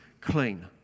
clean